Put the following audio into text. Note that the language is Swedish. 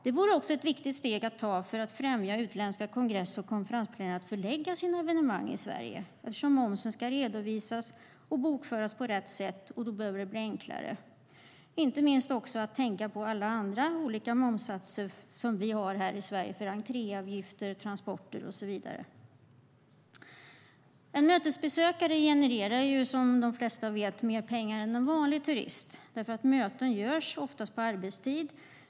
Det vore också ett viktigt steg att ta för att främja att utländska kongress och konferensplanerare förlägger sina evenemang i Sverige eftersom momsen ska redovisas och bokföras på rätt sätt, och då behöver det bli enklare, inte minst med tanke på alla andra olika momssatser som vi har här i Sverige när det gäller entréavgifter, transporter och så vidare. En mötesbesökare genererar ju som de flesta vet mer pengar än en vanlig turist eftersom möten oftast hålls på arbetstid.